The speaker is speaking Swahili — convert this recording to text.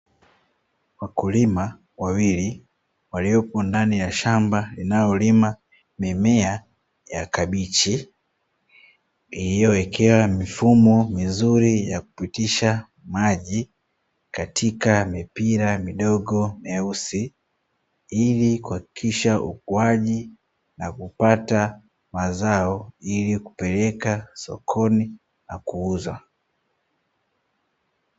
Wakulima wawili waliopo ndani ya shamba waliowekewa mipira mizuri ya umwagiliaji ili kuoeleka sokoni na kuuza